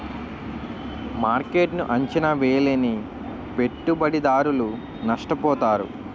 మార్కెట్ను అంచనా వేయలేని పెట్టుబడిదారులు నష్టపోతారు